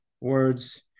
words